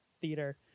theater